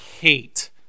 hate